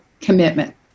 commitment